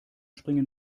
springen